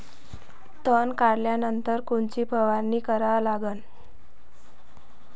तन काढल्यानंतर कोनची फवारणी करा लागन?